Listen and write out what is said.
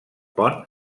pont